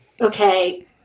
okay